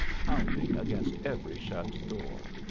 pounding against every shut door.